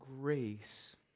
grace